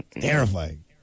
Terrifying